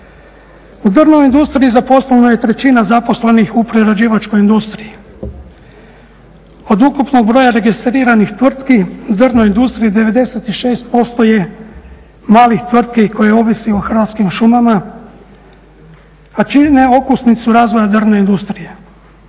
U drvnoj industriji zaposleno je trećina zaposlenih u prerađivačkoj industriji. Od ukupnog broja registriranih tvrtki u drvnoj industriji 96% je malih tvrtki koje ovise o Hrvatskim šumama, a čine okosnicu razvoja drvne industrije.